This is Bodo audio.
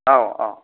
औ औ